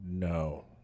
No